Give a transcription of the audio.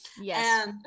yes